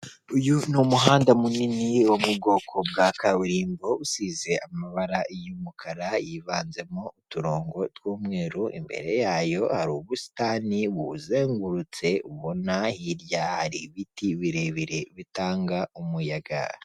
Uyu ni umuhanda munini yo mu bwoko bwa Kaburimbo usize amabara y'umukara yivanzemo uturongo tw'umweru, imbere yayo hari ubusitani buyizengurutse ubona hirya ubona hari ibiti birebire bitanga umuyaga.